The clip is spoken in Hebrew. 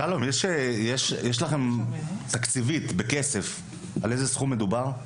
שלום, תקציבית, בכסף, על איזה סכום מדובר?